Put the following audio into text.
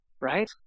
right